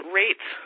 rates